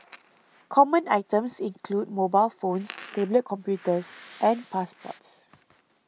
common items include mobile phones tablet computers and passports